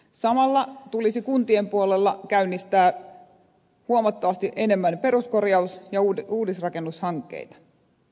samalla tulisi kuntien puolella käynnistää huomattavasti enemmän peruskorjaus ja uudisrakennushankkeita